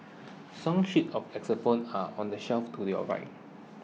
song sheets of xylophones are on the shelf to your right